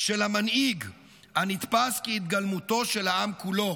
של המנהיג הנתפס כהתגלמותו של העם כולו.